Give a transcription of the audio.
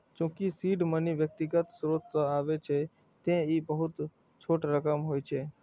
चूंकि seed money व्यक्तिगत स्रोत सं आबै छै, तें ई बहुत छोट रकम होइ छै